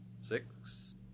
Six